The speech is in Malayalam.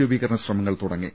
രൂപീകരണ ശ്രമങ്ങൾ തുടങ്ങി